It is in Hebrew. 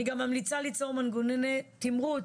אני גם מציעה ליצור מנגנוני תמרוץ,